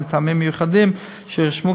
מטעמים מיוחדים שיירשמו,